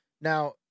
Now